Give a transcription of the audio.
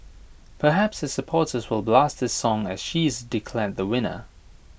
perhaps her supporters will blast this song as she is declared the winner